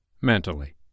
mentally